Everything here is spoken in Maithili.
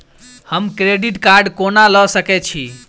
हम क्रेडिट कार्ड कोना लऽ सकै छी?